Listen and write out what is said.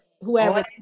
whoever